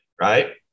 right